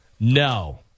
No